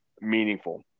meaningful